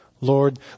Lord